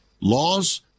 laws